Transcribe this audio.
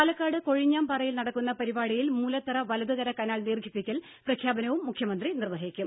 പാലക്കാട് കൊഴിഞ്ഞാമ്പാറയിൽ നടക്കുന്ന പരിപാടിയിൽ മൂലത്തറ വലതുകര കനാൽ ദീർഘിപ്പിക്കൽ പ്രഖ്യാപനവും മുഖ്യമന്ത്രി നിർവഹിക്കും